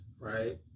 right